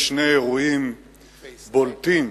שני אירועים בולטים